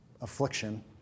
affliction